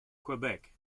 quebec